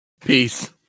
Peace